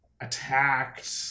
attacked